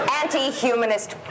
anti-humanist